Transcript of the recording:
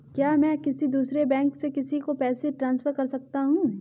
क्या मैं किसी दूसरे बैंक से किसी को पैसे ट्रांसफर कर सकता हूँ?